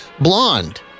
blonde